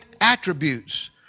attributes